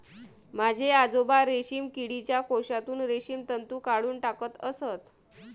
माझे आजोबा रेशीम किडीच्या कोशातून रेशीम तंतू काढून टाकत असत